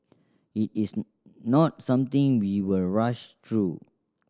it is not something we will rush through